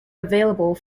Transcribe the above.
available